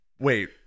Wait